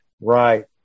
Right